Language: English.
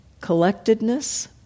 collectedness